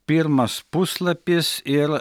pirmas puslapis ir